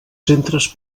centres